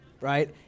right